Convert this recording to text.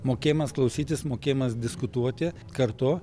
mokėjimas klausytis mokėjimas diskutuoti kartu